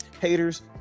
haters